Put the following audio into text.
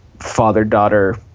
father-daughter